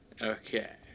Okay